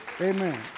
Amen